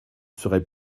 serai